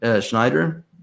Schneider